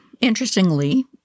interestingly